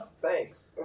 Thanks